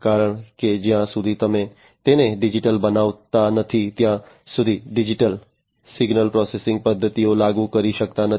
કારણ કે જ્યાં સુધી તમે તેને ડિજિટલ બનાવતા નથી ત્યાં સુધી ડિજિટલ સિગ્નલ પ્રોસેસિંગ પદ્ધતિઓ લાગુ કરી શકાતી નથી